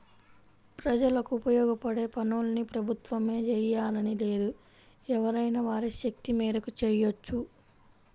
ప్రజలకు ఉపయోగపడే పనుల్ని ప్రభుత్వమే జెయ్యాలని లేదు ఎవరైనా వారి శక్తి మేరకు చెయ్యొచ్చు